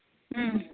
اۭں